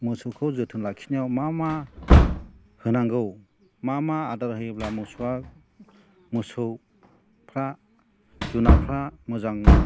मोसौखौ जोथोन लाखिनायाव मा मा होनांगौ मा मा आदार होयोब्ला मोसौआ मोसौफ्रा जुनारफ्रा मोजां